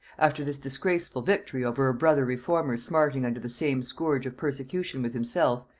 after this disgraceful victory over a brother reformer smarting under the same scourge of persecution with himself,